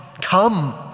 come